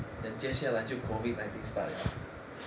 then 接下来就 COVID nineteen start 了